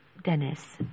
Dennis